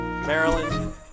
Maryland